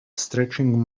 stretching